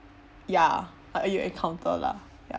ya uh you encounter lah ya